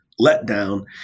letdown